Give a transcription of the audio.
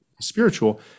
spiritual